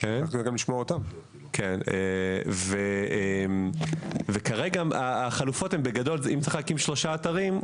אם צריך להקים שלושה אתרים,